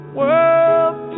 world